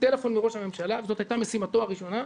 טלפון מראש הממשלה וזו הייתה משימתו הראשונה,